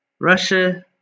Russia